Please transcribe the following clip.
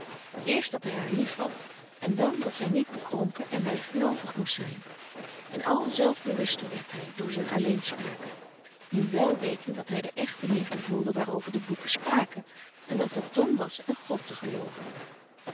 eerst dat hij haar liefhad en dan dat zij niet bekrompen en bijgeloovig moest zijn en al zelf bewuster werd hij door zijn alleenspraken nu wèl wetend dat hij de echte liefde voelde waarover de boeken spraken en dat het dom was aan god te gelooven